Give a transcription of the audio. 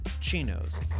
chinos